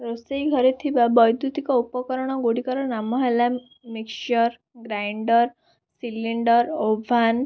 ରୋଷେଇ ଘରେ ଥିବା ବୈଦ୍ୟୁତିକ ଉପକରଣ ଗୁଡ଼ିକର ନାମ ହେଲା ମିକଶ୍ଚର୍ ଗ୍ରାଇଣ୍ଡର୍ ସିଲିଣ୍ଡର୍ ଓଭାନ୍